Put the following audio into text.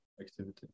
activity